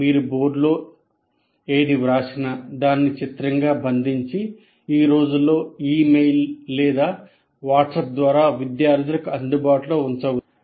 మీరు బోర్డులో ఏది వ్రాసినా దానిని చిత్రంగా బంధించి ఈ రోజుల్లో ఇమెయిల్లు లేదా వాట్సాప్ ద్వారా విద్యార్థులకు అందుబాటులో ఉంచవచ్చు